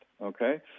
okay